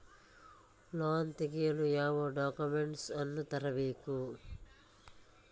Loan ತೆಗೆಯಲು ಯಾವ documents ಅನ್ನು ತರಬೇಕು?